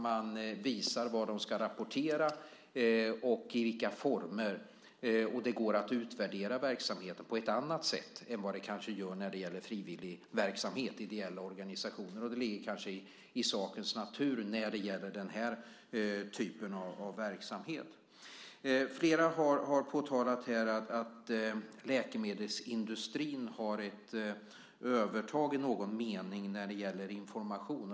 Man visar vad de ska rapportera och i vilka former. Och det går att utvärdera verksamheten på ett annat sätt än vad det kanske gör när det gäller frivillig verksamhet, ideella organisationer. Det ligger kanske i sakens natur när det gäller den här typen av verksamhet. Flera har påtalat att läkemedelsindustrin har ett övertag i någon mening när det gäller information.